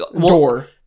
door